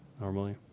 Normally